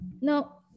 Now